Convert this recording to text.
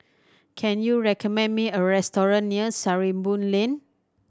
can you recommend me a restaurant near Sarimbun Lane